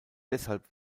deshalb